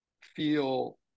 feel